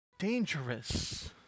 dangerous